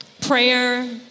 prayer